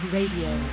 Radio